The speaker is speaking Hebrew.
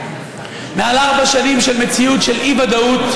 מעל ארבע שנים של מציאות של אי-ודאות,